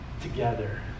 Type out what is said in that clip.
Together